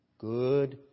Good